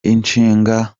ishinga